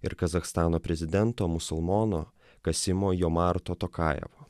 ir kazachstano prezidento musulmono kasimo jomarto tokajevo